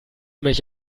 mich